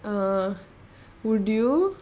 err would you